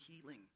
healing